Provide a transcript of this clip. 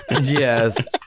Yes